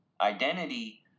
identity